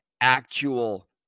actual